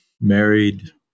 married